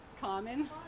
common